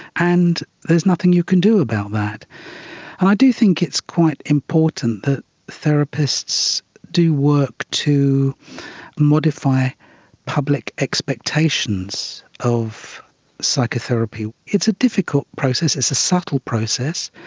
and there's nothing you can do about that. and i do think it's quite important that therapists do work to modify public expectations of psychotherapy. it's a difficult process, it's a subtle process.